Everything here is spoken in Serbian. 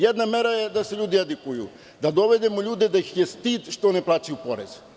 Jedna mera je da se ljudi edukuju, da dovedemo ljude da ih je stid što ne plaćaju porez.